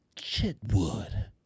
Chitwood